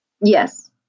Yes